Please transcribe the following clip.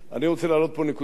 אני רוצה להעלות פה נקודה,